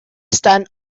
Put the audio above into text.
stand